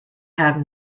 have